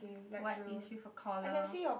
whitish with a collar